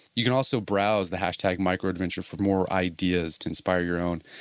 you can also browse the hashtag microaventure for more ideas to inspire your own.